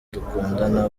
dukundana